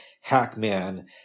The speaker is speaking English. Hackman